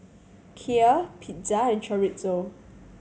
Kheer Pizza and Chorizo